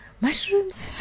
Mushrooms